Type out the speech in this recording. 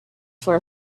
for